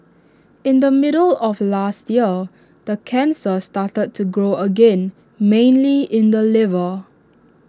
in the middle of last year the cancer started to grow again mainly in the liver